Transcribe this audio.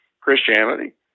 Christianity